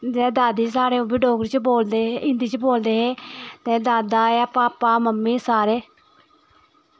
जेह्ड़ा दादू साढ़े ओह् बी डोगरी च बोलदे हे हिन्दी च बोलदे हे ते दादा पापा मम्मी सारे